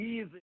Easy